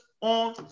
on